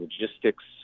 logistics